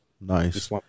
nice